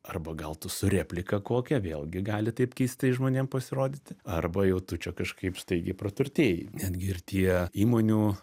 arba gal tu su replika kokia vėlgi gali taip keistai žmonėm pasirodyti arba jau tu čia kažkaip staigiai praturtėjai netgi ir tie įmonių